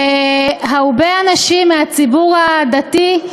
שהרבה אנשים מהציבור הדתי,